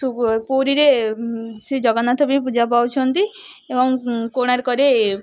ପୁରୀରେ ଶ୍ରୀ ଜଗନ୍ନାଥ ବି ପୂଜା ପାଉଛନ୍ତି ଏବଂ କୋଣାର୍କରେ